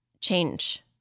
change